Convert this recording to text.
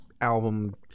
album